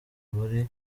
bari